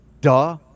Duh